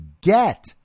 get